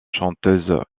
chanteuse